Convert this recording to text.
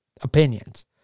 opinions